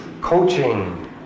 coaching